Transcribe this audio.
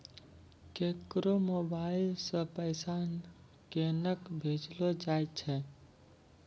केकरो मोबाइल सऽ पैसा केनक भेजलो जाय छै?